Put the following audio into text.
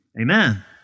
Amen